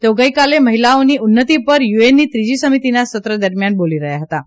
તેઓ ગઇકાલે મહિલાઓની ઉન્નતિ ઉપર યુએનની ત્રીજી સમિતિના સત્ર દરમિયાન બોલી રહ્યાં હતાં